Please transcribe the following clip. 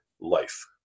life